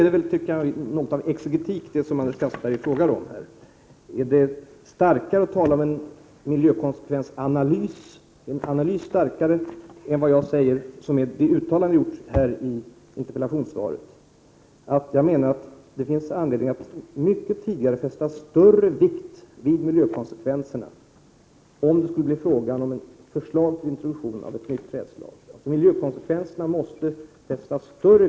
Det är något av exegetik som Anders Castberger frågar om. Är en miljökonsekvensanalys starkare än det uttalande jag har gjort i interpellationssvaret? Jag menar alltså att det finns anledning att mycket tidigare fästa större vikt vid miljökonsekvenserna om det skulle bli fråga om förslag till introduktion av ett nytt trädslag än när contortan introducerades.